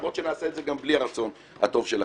למרות שנעשה את זה גם בלי הרצון הטוב שלכם: